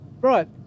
Right